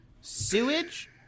Sewage